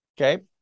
Okay